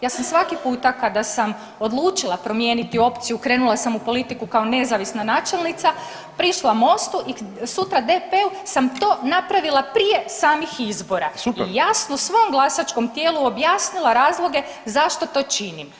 Ja sam svaki puta kada sam odlučila promijeniti opciju krenula sam u politiku kao nezavisna načelnica, prišla Mostu i sutra DP-u sam to napravila prije samih izbora [[Upadica Zekanović: Super.]] i jasno svom glasačkom tijelu objasnila razloge zašto to činim.